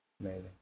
Amazing